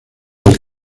del